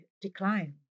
decline